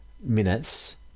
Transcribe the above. minutes